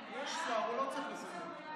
יש שר, הוא לא צריך לסכם.